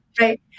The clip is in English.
Right